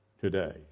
today